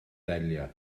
delio